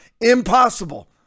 Impossible